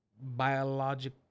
biologic